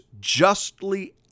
justly